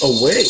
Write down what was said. away